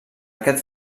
aquest